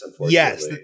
yes